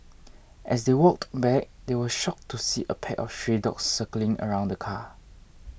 as they walked back they were shocked to see a pack of stray dogs circling around the car